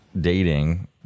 dating